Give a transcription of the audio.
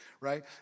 right